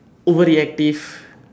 over reactive